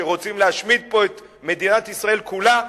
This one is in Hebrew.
שרוצים להשמיד פה את מדינת ישראל כולה,